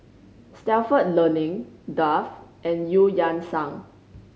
Stalford Learning Dove and Eu Yan Sang